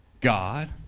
God